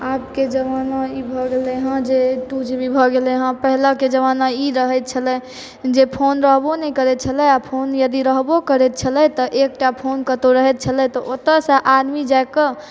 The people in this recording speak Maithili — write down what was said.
आबके जमाना ई भऽ गेलै हँ जे टू जी बी भऽ गेलय हँ पहिलेके जमाना ई रहैत छलय जे फोन रहबो नहि करैत छलय आ फोन यदि रहबो करैत छलय तऽ एकटा फोन कतहुँ रहैत छलय तऽ ओतयसँ आदमी जाइकऽ